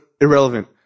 Irrelevant